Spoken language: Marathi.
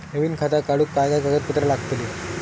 नवीन खाता काढूक काय काय कागदपत्रा लागतली?